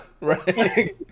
right